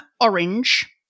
orange